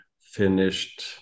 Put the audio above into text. finished